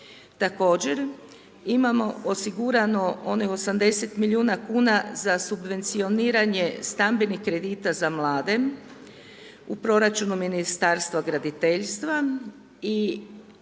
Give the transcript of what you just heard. Također, imamo osigurano onih 80 milijuna kuna za subvencioniranje stambenih kredita za mlade u proračunu Ministarstva graditeljstva, i